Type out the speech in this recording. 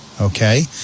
okay